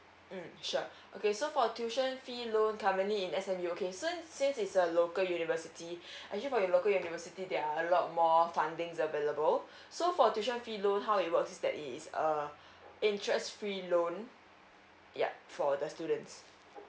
mm sure okay so for tuition fee loan currently in as in you okay since since it's a local university actually for a local university there are a lot more funding available so for tuition fee loan how it works is that it is a interest free loan yup for the students